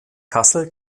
kassel